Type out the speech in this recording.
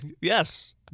Yes